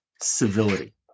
civility